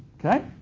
okay?